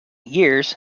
years